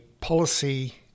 policy